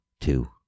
two